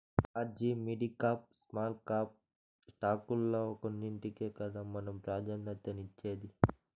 large, midcap, small cap స్టాకుల్ల కొన్నింటికే కదా మనం ప్రాధాన్యతనిచ్చేది